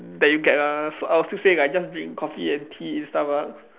that you get ah so I'll still say like just drink coffee and tea in Starbucks